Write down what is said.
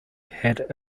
had